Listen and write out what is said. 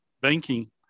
banking